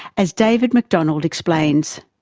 as david macdonald explains.